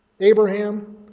Abraham